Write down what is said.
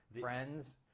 Friends